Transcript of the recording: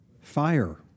fire